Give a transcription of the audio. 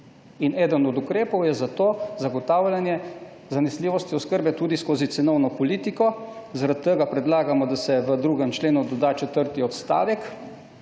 Eden od ukrepov je zato zagotavljanje zanesljivosti oskrbe tudi skozi cenovno politiko. Zaradi tega predlagamo, da se v 2. členu doda četrti odstavek,